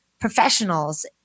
professionals